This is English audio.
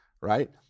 right